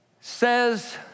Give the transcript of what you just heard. says